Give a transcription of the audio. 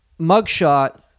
mugshot